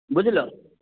ବୁଝିଲ